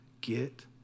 Get